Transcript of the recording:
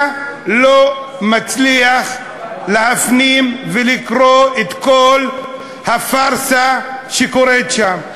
אתה לא מצליח להפנים ולקרוא את כל הפארסה שקורית שם.